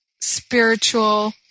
spiritual